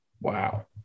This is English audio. Wow